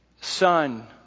Son